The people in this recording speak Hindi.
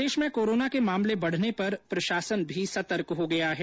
प्रदेश में कोरोना के मामले बढ़ने पर प्रशासन भी सतर्क हो गया है